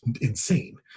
insane